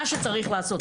מה שצריך לעשות,